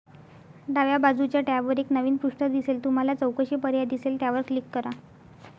डाव्या बाजूच्या टॅबवर एक नवीन पृष्ठ दिसेल तुम्हाला चौकशी पर्याय दिसेल त्यावर क्लिक करा